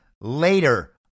later